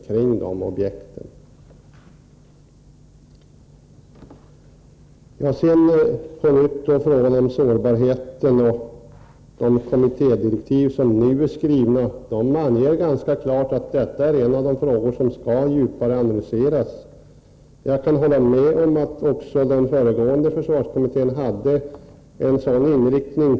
Sedan på nytt frågan om sårbarheten och de kommittédirektiv som nu föreligger. Det anges ganska klart att detta är en fråga som skall djupare analyseras. Jag kan hålla med om att också den föregående försvarskommittén hade en sådan här inriktning.